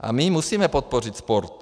A my musíme podpořit sport.